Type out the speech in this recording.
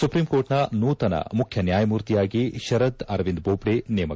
ಸುಪ್ರೀಂಕೋರ್ಟ್ನ ನೂತನ ಮುಖ್ಯ ನ್ಯಾಯಮೂರ್ತಿಯಾಗಿ ಶರದ್ ಅರವಿಂದ್ ಬೋಭ್ಡೆ ನೇಮಕ